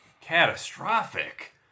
catastrophic